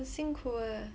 很辛苦 eh